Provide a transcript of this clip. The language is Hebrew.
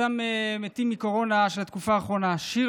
אותם מתים מקורונה של התקופה האחרונה: "שיר